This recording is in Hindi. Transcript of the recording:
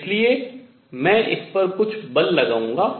इसलिए मैं इस पर कुछ बल लगाऊंगा